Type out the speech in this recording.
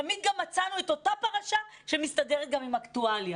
תמיד גם מצאנו את אותה פרשה שמסתדרת גם עם אקטואליה,